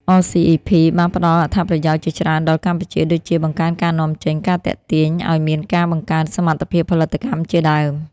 អ សុី អុី ភី(RCEP) បានផ្តល់អត្ថប្រយោជន៍ជាច្រើនដល់កម្ពុជា ដូចជា បង្កើនការនាំចេញ ការទាក់ទាញ អោយមានការបង្កើនសមត្ថភាពផលិតកម្ម ជាដើម។